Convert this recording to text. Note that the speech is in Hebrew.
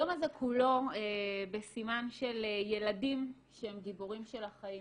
היום הזה כולו בסימן של ילדים שהם גיבורים של החיים.